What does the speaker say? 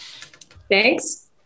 thanks